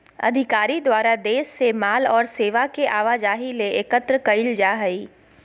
अधिकारी द्वारा देश से माल और सेवा के आवाजाही ले एकत्र कइल जा हइ